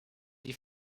die